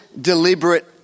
deliberate